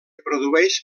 produeix